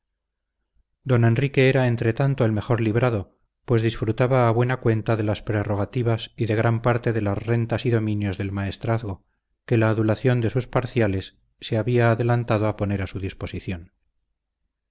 don enrique era entretanto el mejor librado pues disfrutaba a buena cuenta de las prerrogativas y de gran parte de las rentas y dominios del maestrazgo que la adulación de sus parciales se había adelantado a poner a su disposición